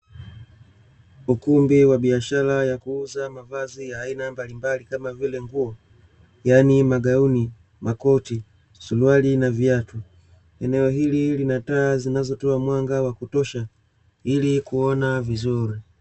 Ukumbi wa biashara ya kuuza mavazi ya aina mbalimbali kama vile nguo, yaani magauni, makoti, suruali na viatu. Eneo hili lina taa zinazotoa mwanga wa kutosha ili kuona vizuri.